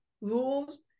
rules